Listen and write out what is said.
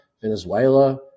Venezuela